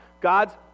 God's